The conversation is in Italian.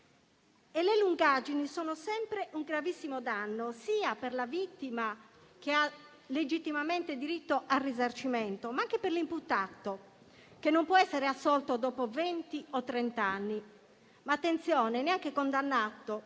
Le lungaggini sono sempre un gravissimo danno per la vittima, che ha legittimamente diritto al risarcimento, ma anche per l'imputato, che non può essere assolto dopo venti o trenta anni, ma - attenzione! - neanche condannato,